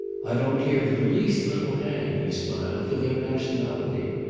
i don't care the least little hang, he smiled, for their nationality.